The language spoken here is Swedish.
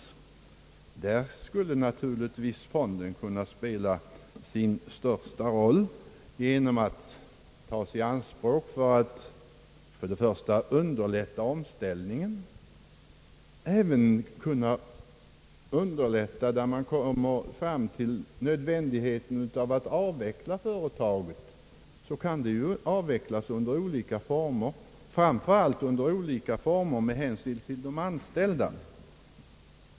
Då skulle fonden naturligtvis kunna spela sin största roll genom att tas i anspråk för att i första hand underlätta en omställning men även, om så befinns nödvändigt, en avveckling av företaget. En sådan avveckling kan ju ske under olika former, framför allt under olika former med hänsyn till de anställda.